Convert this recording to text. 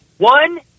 One